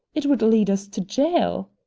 it would lead us to jail.